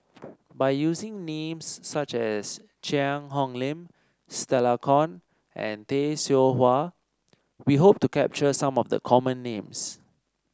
by using names such as Cheang Hong Lim Stella Kon and Tay Seow Huah we hope to capture some of the common names